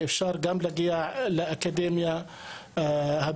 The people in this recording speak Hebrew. אפשר גם להגיע לאקדמיה המדעית.